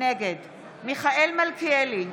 נגד מיכאל מלכיאלי,